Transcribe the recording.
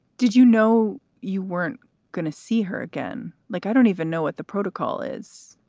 did you know you weren't gonna see her again? like, i don't even know what the protocol is.